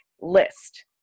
list